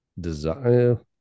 desire